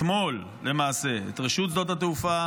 אתמול למעשה, את רשות שדות התעופה